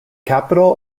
capital